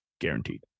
guaranteed